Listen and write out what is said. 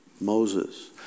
Moses